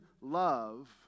love